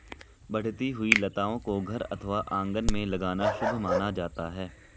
बढ़ती हुई लताओं को घर अथवा आंगन में लगाना शुभ माना जाता है